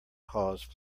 cause